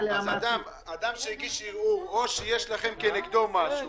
אדם שהגיש ערעור או שיש לכם כנגדו משהו --- כן.